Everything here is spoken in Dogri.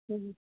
हूं